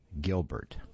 Gilbert